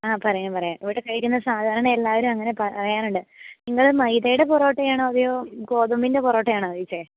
ആ പറയാം പറയാം ഇവിടെ കഴിക്കുന്ന സാധാരണ എല്ലാവരും അങ്ങനെ പറയാറുണ്ട് നിങ്ങൾ മൈദയുടെ പൊറോട്ട ആണോ അതോ ഗോതമ്പിൻ്റെ പൊറോട്ട ആണോ കഴിച്ചത്